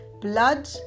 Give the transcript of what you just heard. blood